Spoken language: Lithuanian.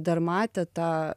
dar matė tą